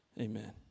Amen